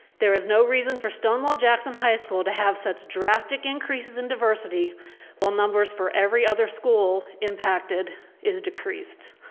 there is no reason for stonewall jackson high school to have such drastic increases in diversity while numbers for every other school impacted is decreased.